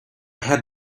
had